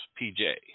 pj